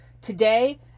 today